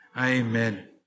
Amen